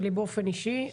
ולי באופן אישי,